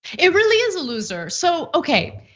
it really is a loser. so, okay,